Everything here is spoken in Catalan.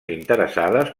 interessades